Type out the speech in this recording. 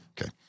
Okay